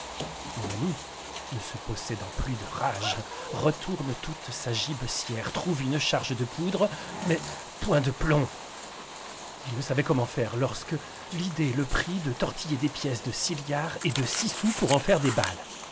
mon ami ne se possédant plus de rage retourne toute sa gibecière trouve une charge de poudre mais point de plomb il ne savait comment faire lorsque l'idée le prit de tortiller des pièces de six liards et de six sous pour en faire des balles